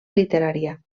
literària